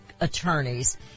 attorneys